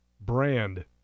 brand